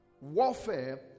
warfare